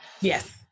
Yes